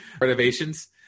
renovations